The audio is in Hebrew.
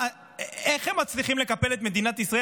איך הם מצליחים לקפל את מדינת ישראל?